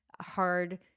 hard